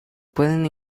pueden